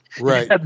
right